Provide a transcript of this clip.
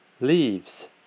leaves